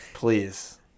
Please